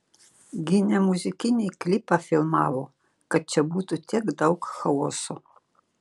gi ne muzikinį klipą filmavo kad čia būtų tiek daug chaoso